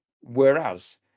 whereas